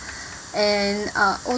and uh